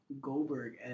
Goldberg